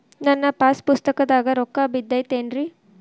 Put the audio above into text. ನನ್ನ ಪಾಸ್ ಪುಸ್ತಕದಾಗ ರೊಕ್ಕ ಬಿದ್ದೈತೇನ್ರಿ?